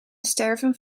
sterven